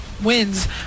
wins